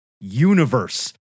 universe